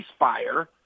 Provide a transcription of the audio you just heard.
ceasefire